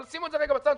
אבל שימו את זה רגע בצד.